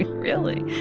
really,